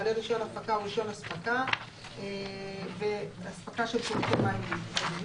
בעלי רישיון הפקה או רישיון הספקה; אספקה של שירותי מים וביוב.